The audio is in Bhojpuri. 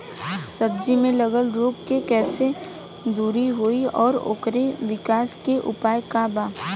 सब्जी में लगल रोग के कइसे दूर होयी और ओकरे विकास के उपाय का बा?